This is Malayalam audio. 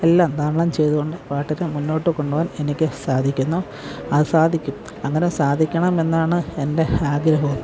എല്ലാം തരണം ചെയ്തു കൊണ്ട് പാട്ടിനെ മുന്നോട്ട് കൊണ്ടുപോവാൻ എനിക്ക് സാധിക്കുന്നു അത് സാധിക്കും അങ്ങനെ സാധിക്കണമെന്നാണ് എൻ്റെ ആഗ്രഹവും